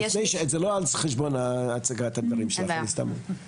זה לא על חשבון הצגת הדברים שלך, אני סתם שואל.